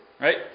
Right